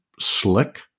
slick